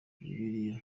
bibiliya